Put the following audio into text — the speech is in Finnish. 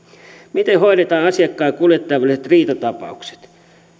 miten hoidetaan asiakkaan ja kuljettajan väliset riitatapaukset